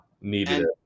Needed